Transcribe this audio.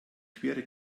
quere